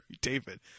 David